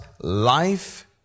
life